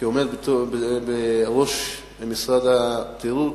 כעומד בראש משרד התיירות,